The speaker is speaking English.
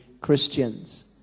Christians